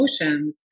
emotions